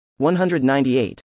198